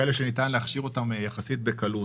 כאלה שניתן להכשיר יחסית בקלות.